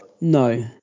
No